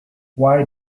why